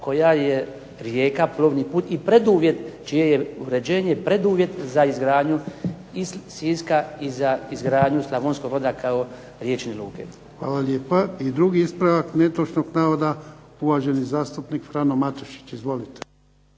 koja je rijeka plovni put i čije je uređenje preduvjet za izgradnju i Siska i Slavonskog Broda kao riječne luke. **Jarnjak, Ivan (HDZ)** Hvala lijepa. I drugi ispravak netočnog navoda uvaženi zastupnik Frano Matušić. Izvolite.